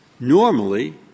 Normally